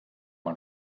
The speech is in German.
man